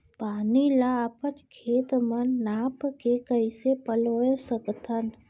पानी ला अपन खेत म नाप के कइसे पलोय सकथन?